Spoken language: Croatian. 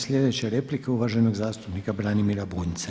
Sljedeća replika uvaženog zastupnika Branimira Bunjca.